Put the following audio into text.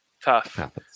tough